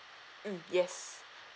mm yes